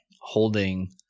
holding